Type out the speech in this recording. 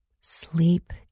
Sleep